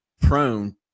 prone